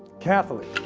catholic,